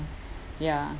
ya